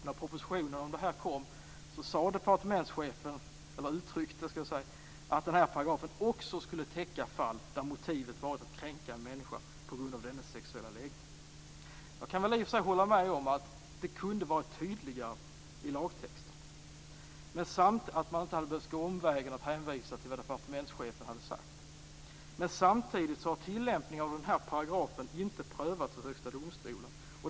När propositionen om det här kom uttryckte departementschefen att den här paragrafen också skulle täcka fall där motivet varit att kränka en människa på grund av dennes sexuella läggning. Jag kan väl i och för sig hålla med om att det kunde ha varit tydligare i lagtexten och att man inte hade behövt gå omvägen om att hänvisa till vad departementschefen har sagt. Men samtidigt har tillämpningen av den här paragrafen inte prövats av Högsta domstolen.